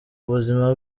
ubuzima